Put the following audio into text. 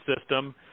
system